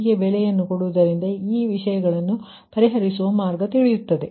ಹೀಗೆ ಬೆಲೆಯನ್ನು ಕೊಡುವುದರಿಂದ ಈ ವಿಷಯಗಳನ್ನು ಪರಿಹರಿಸುವ ಮಾರ್ಗ ತಿಳಿಯುತ್ತದೆ